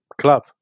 club